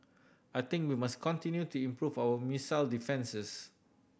I think we must continue to improve our missile defences